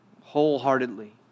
wholeheartedly